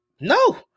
no